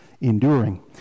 enduring